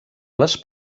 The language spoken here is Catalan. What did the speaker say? les